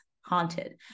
haunted